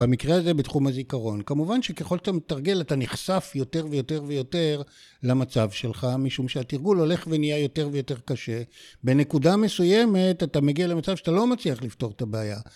במקרה הזה בתחום הזיכרון. כמובן שככל שאתה מתרגל אתה נחשף יותר ויותר ויותר למצב שלך, משום שהתרגול הולך ונהיה יותר ויותר קשה. בנקודה מסוימת אתה מגיע למצב שאתה לא מצליח לפתור את הבעיה.